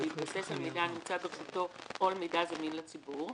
בהתבסס על מידע הנמצא ברשותו או על מידע זמין לציבור,